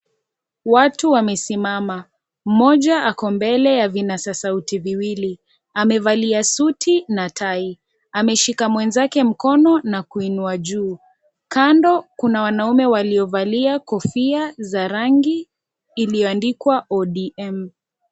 Watu wamesimama, mmoja ako mbele ya vinasa sauti viwili, amevalia suti na tai, ameshika mwenzake mkono na kuinua juu, kando kuna wanaume waliovalia kofia za rangi iliyoandikwa ODM.